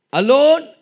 alone